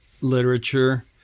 literature